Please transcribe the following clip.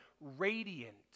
radiant